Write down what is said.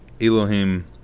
Elohim